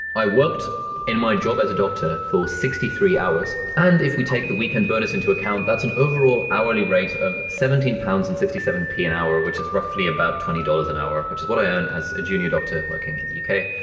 i worked in my job as a doctor for sixty three hours and if we take the weekend bonus into account that's an overall hourly rate of seventeen pounds and sixty seven p an hour, which is roughly about twenty dollars an hour, which is what i earn as a junior doctor working in the uk.